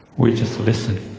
we just listened